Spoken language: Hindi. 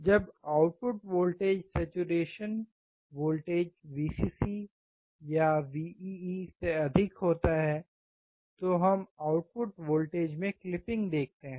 जब output voltage saturation voltage Vcc और Vee से अधिक होता है तो हम आउटपुट वोल्टेज में क्लिपिंग देख ते हैं